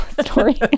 story